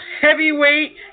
Heavyweight